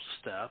step